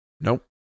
Nope